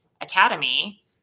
Academy